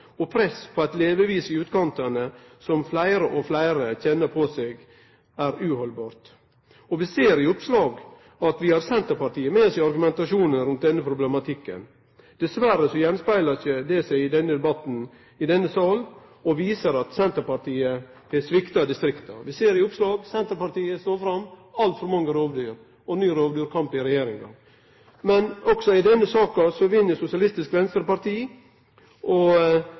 og press på eit levevis i utkantane som fleire og fleire kjenner på seg er uhaldbart. Vi ser i oppslag at vi har Senterpartiet med oss i argumentasjonen rundt denne problematikken. Dessverre viser ikkje dette seg i denne debatten i denne salen, og viser at Senterpartiet har svikta distrikta. Vi ser i oppslag at Senterpartiet står fram og seier at det er altfor mange rovdyr og ny rovdyrkamp i regjeringa, men også i denne saka vinn Sosialistisk Venstreparti.